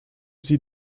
sie